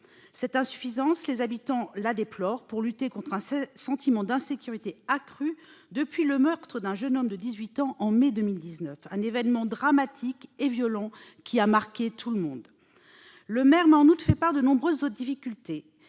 cette insuffisance d'effectifs pour lutter contre un sentiment d'insécurité accru depuis le meurtre d'un jeune homme de 18 ans, en mai 2019, un événement dramatique et violent qui a marqué tout le monde. Le maire, en outre, m'a fait part de nombreuses autres difficultés.